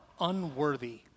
unworthy